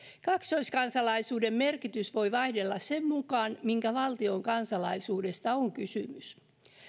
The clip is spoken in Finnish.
kaksoiskansalaisuuden merkitys voi vaihdella sen mukaan minkä valtion kansalaisuudesta on kysymys